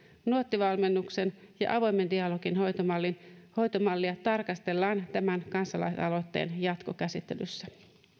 nuotti valmennusta ja avoimen dialogin hoitomallia tarkastellaan tämän kansalaisaloitteen jatkokäsittelyssä